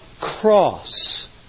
cross